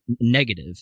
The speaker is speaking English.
negative